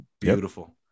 Beautiful